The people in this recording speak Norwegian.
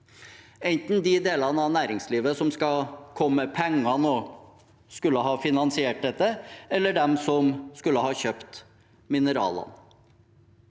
gjelder de delene av næringslivet som skal komme med pengene og skulle ha finansiert dette, eller de som skulle ha kjøpt mineralene.